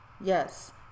Yes